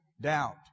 doubt